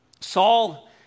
Saul